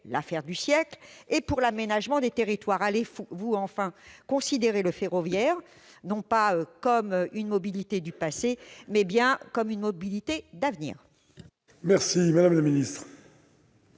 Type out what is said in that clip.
l'affaire du siècle ? Et pour l'aménagement des territoires, allez-vous enfin considérer le ferroviaire non pas comme une mobilité du passé, mais bien comme une mobilité d'avenir ? Très bien ! La parole